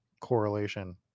correlation